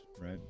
right